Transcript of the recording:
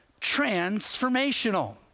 transformational